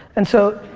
and so